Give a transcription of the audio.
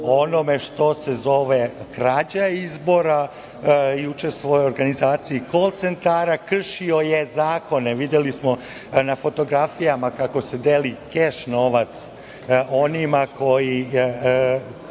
onome što se zove krađa izbora i učestvovao je u organizaciji kol-centara, kršio je zakone. Videli smo na fotografijama kako se deli keš, novac koji